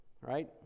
right